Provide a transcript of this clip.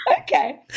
okay